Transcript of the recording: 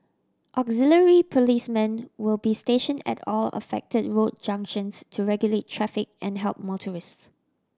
auxiliary policemen will be station at all affected road junctions to regulate traffic and help motorists